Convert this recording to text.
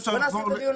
בוא נעשה את הדיון הזה.